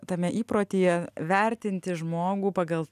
tame įprotyje vertinti žmogų pagal